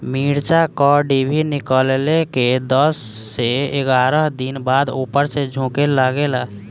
मिरचा क डिभी निकलले के दस से एग्यारह दिन बाद उपर से झुके लागेला?